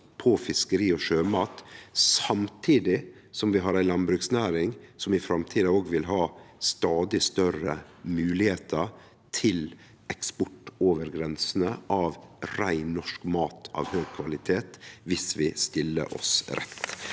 fisk og sjømat, samtidig som vi har ei landbruksnæring som i framtida òg vil ha stadig større moglegheiter til eksport over grensene av rein, norsk mat av høg kvalitet viss vi stiller oss rett.